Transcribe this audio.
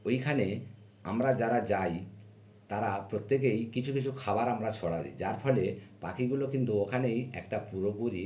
ওইখানে আমরা যারা যাই তারা প্রত্যেকেই কিছু কিছু খাবার আমরা ছড়া দিই যার ফলে পাখিগুলো কিন্তু ওখানেই একটা পুরোপুরি